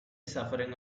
suffering